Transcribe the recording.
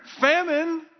famine